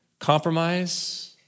Compromise